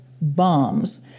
bombs